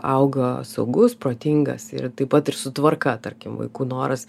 auga saugus protingas ir taip pat ir su tvarka tarkim vaikų noras